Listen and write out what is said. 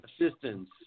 Assistance